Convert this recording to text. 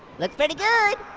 look pretty good.